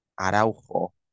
Araujo